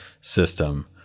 system